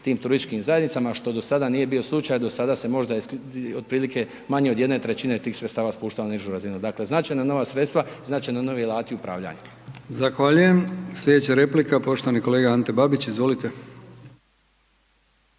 tim turističkim zajednicama što do sada nije bio slučaj. Do sada se možda otprilike manje od 1/3 tih sredstava spuštalo na nižu razinu. Dakle, značajna nova sredstava i značajno novi alati upravljanja. **Brkić, Milijan (HDZ)** Zahvaljujem. Slijedeća replika poštovani kolega Ante Babić, izvolite.